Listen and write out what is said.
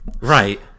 Right